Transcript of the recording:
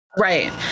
Right